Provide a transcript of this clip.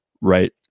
right